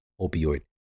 opioid